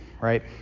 right